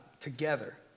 together